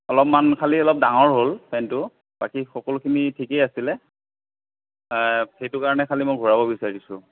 অলপমান খালী অলপ ডাঙৰ হ'ল পেণ্টটো বাকী সকলোখিনি ঠিকেই আছিলে সেইটো কাৰণে খালী মই ঘূৰাব বিচাৰিছোঁ